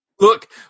Look